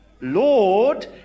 lord